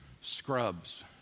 scrubs